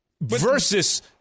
Versus